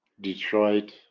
Detroit